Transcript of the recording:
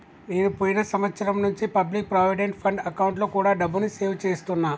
నేను పోయిన సంవత్సరం నుంచి పబ్లిక్ ప్రావిడెంట్ ఫండ్ అకౌంట్లో కూడా డబ్బుని సేవ్ చేస్తున్నా